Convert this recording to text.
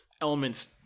elements